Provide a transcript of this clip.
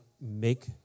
make